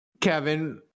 Kevin